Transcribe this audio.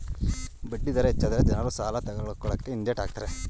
ಬಡ್ಡಿ ದರ ಹೆಚ್ಚಾದರೆ ಜನರು ಸಾಲ ತಕೊಳ್ಳಕೆ ಹಿಂದೆಟ್ ಹಾಕ್ತರೆ